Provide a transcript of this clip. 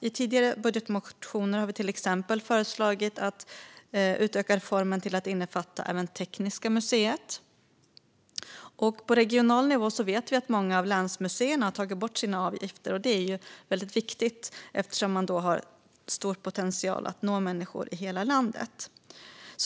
I tidigare budgetmotioner har vi till exempel föreslagit att utöka reformen till att även innefatta Tekniska museet. På regional nivå har många länsmuseer tagit bort sina avgifter, vilket ger stor potential att nå människor i hela landet.